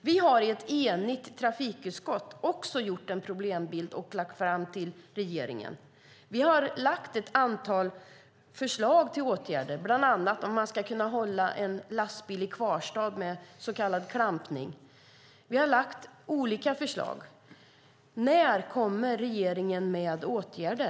Vi har i ett enigt trafikutskott också gjort en problembild och lagt fram den för regeringen. Vi har lagt fram ett antal förslag till åtgärder, bland annat om man ska kunna hålla en lastbil i kvarstad med så kallad klampning. Vi har lagt fram olika förslag. När kommer regeringen med åtgärder?